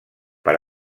per